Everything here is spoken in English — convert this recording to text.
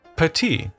Petit